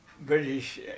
British